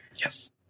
Yes